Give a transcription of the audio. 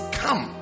come